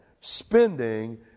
spending